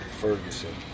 Ferguson